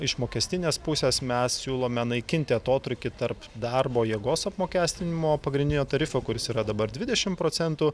iš mokestinės pusės mes siūlome naikinti atotrūkį tarp darbo jėgos apmokestinimo pagrindinio tarifo kuris yra dabar dvidešimt procentų